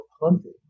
hunting